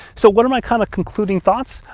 so what are my kind of concluding thoughts?